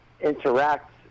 interact